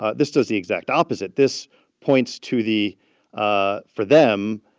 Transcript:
ah this does the exact opposite. this points to the ah for them,